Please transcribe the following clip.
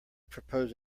propose